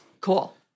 Cool